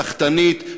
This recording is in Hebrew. סחטנית,